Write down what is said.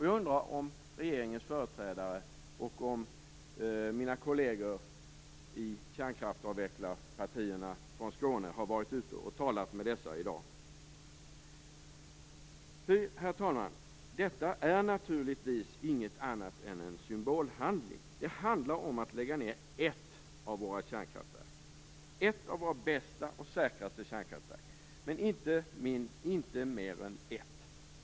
Jag undrar om regeringens företrädare och mina kolleger från Skåne i kärnkraftsavvecklarpartierna har varit ute och talat med dessa människor i dag. Ty, herr talman, detta är naturligtvis ingenting annat än en symbolhandling. Det handlar om att lägga ned ett kärnkraftverk - ett av våra bästa och säkraste, men inte mer än ett.